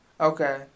Okay